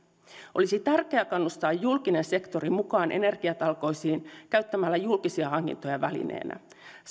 olisi tärkeää kannustaa julkinen sektori mukaan energiatalkoisiin käyttämällä julkisia hankintoja välineenä